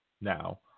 now